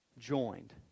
joined